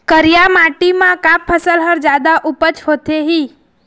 करिया माटी म का फसल हर जादा उपज होथे ही?